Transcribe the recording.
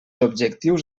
objectius